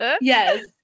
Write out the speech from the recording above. Yes